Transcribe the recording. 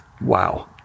wow